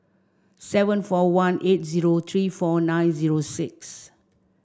seven four one eight zero three four nine zero six